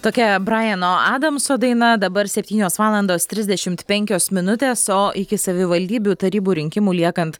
tokia brajeno adamso daina dabar septynios valandos trisdešimt penkios minutės o iki savivaldybių tarybų rinkimų liekant